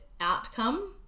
outcome